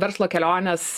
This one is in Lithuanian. verslo kelionės